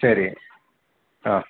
சரி ஆ